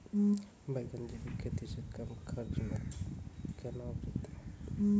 बैंगन जैविक खेती से कम खर्च मे कैना उपजते?